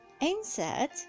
insert